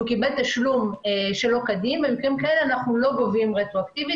שקיבל תשלום שלא כדין - במקרים כאלה אנו לא גובים רטרואקטיבית.